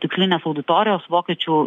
tikslinės auditorijos vokiečių